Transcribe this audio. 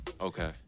Okay